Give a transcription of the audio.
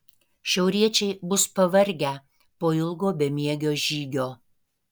šiauriečiai bus pavargę po ilgo bemiegio žygio